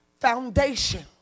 foundation